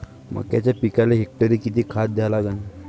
मक्याच्या पिकाले हेक्टरी किती खात द्या लागन?